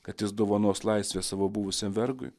kad jis dovanos laisvę savo buvusiam vergui